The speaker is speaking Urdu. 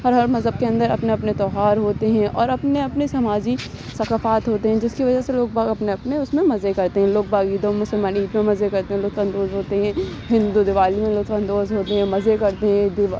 ہر ہر مذہب کے اندر اپنے اپنے تیوہار ہوتے ہیں اور اپنے اپنے سماجی ثقافات ہوتے ہیں جس کی وجہ سے لوگ اپنے اپنے اس میں مزے کرتے ہیں لوگ مسلمان عید میں مزے کرتے ہیں لطف اندوز ہوتے ہیں ہندو دیوالی میں لطف اندوز ہوتے ہیں مزے کرتے ہیں دیوا